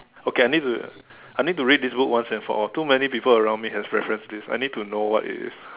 okay I need to I need to read this book once and for all too many people around me has reference this I need to know what it is